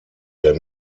der